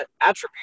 attributes